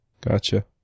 Gotcha